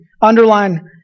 underline